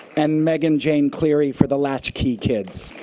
and meaghan jane cleary for the latchkey kids.